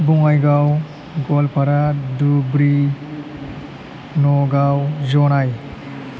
बङाइगाव गवालपारा धुबुरि नगाव जनाय